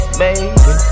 baby